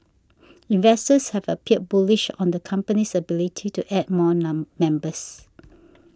investors have appeared bullish on the company's ability to add more non members